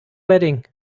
wedding